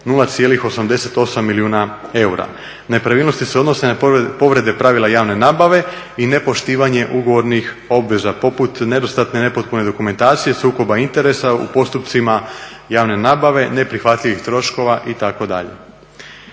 0,88 milijuna eura. Nepravilnosti se odnose na povrede pravila javne nabave i nepoštivanje ugovornih obveza poput nedostatne nepotpune dokumentacije, sukoba interesa u postupcima javne nabave, neprihvatljivih troškova itd.